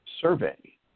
Survey